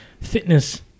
Fitness